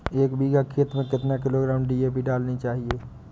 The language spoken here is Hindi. एक बीघा खेत में कितनी किलोग्राम डी.ए.पी डालनी चाहिए?